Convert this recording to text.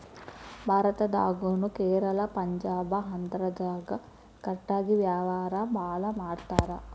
ಭಾರತದಾಗುನು ಕೇರಳಾ ಪಂಜಾಬ ಆಂದ್ರಾದಾಗ ಕಟಗಿ ವ್ಯಾವಾರಾ ಬಾಳ ಮಾಡತಾರ